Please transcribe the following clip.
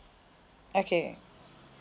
okay